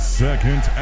second